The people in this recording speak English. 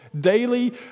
daily